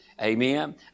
Amen